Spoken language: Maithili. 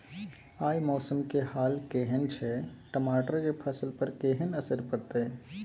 आय मौसम के हाल केहन छै टमाटर के फसल पर केहन असर परतै?